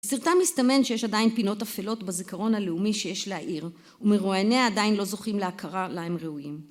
הסרטן מסתמן שיש עדיין פינות אפלות בזיכרון הלאומי שיש לעיר ומרועניה עדיין לא זוכים להכרה להם ראויים